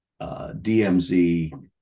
DMZ